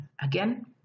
Again